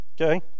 Okay